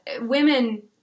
Women